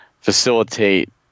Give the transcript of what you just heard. facilitate